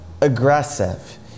aggressive